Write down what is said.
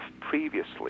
previously